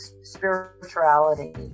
spirituality